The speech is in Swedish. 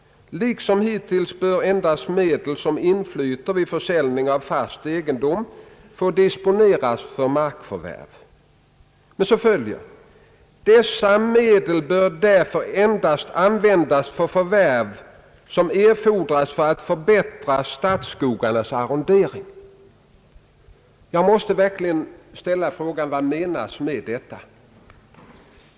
Liksom hittills bör endast medel som inflyter vid försäljning av fast egendom få disponeras för markförvärv. Dessa medel bör därvid endast användas för förvärv som erfordras för att förbättra statsskogarnas arrondering.» Jag måste verkligen ställa frågan: Vad menas med detta?